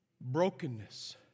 brokenness